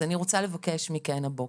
אז אני רוצה לבקש מכן הבוקר,